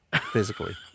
physically